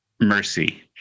mercy